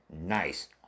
nice